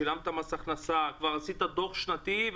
שילמת מס הכנסה וכבר עשית דוח שנתי,